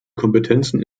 kompetenzen